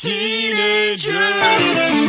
Teenagers